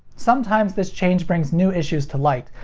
sometimes this change brings new issues to light,